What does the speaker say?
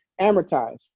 Amortize